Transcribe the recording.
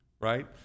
Right